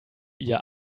ihr